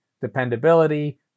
dependability